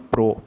Pro